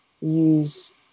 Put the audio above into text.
use